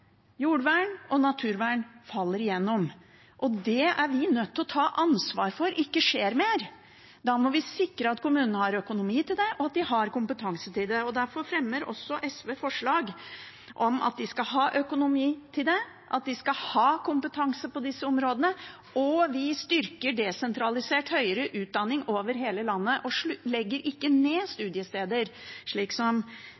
Jordvern og naturvern faller igjennom. Vi er nødt til å ta ansvar for at det ikke lenger skjer. Da må vi sikre at kommunene har økonomi til det, og at de har kompetanse til det. Derfor fremmer også SV forslag om at kommunene skal ha økonomi til det, og at de skal ha kompetanse på disse områdene. Vi styrker også desentralisert høyere utdanning over hele landet og legger ikke ned